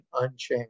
unchanged